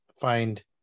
find